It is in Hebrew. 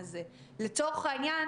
אבל מדובר פה בחיי אדם,